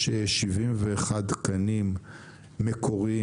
יש 71 תקנים מקוריים,